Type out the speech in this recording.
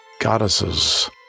goddesses